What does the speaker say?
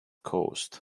coast